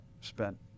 spent